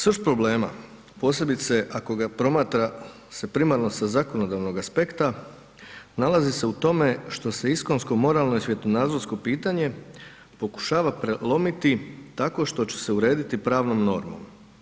Srž problema posebice ako ga se promatra primarno sa zakonodavnog aspekta nalazi se u tome što se iskonsko moralno i svjetonazorsko pitanje pokušava prelomiti tako što će se urediti pravnom normom.